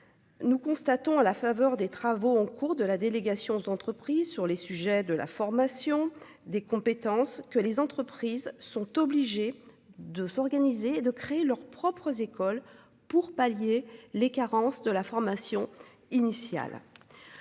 Nous constatons à la faveur des travaux en cours de la délégation aux entreprises sur les sujets de la formation des compétences que les entreprises sont obligées de s'organiser de créer leurs propres écoles pour pallier les carences de la formation initiale.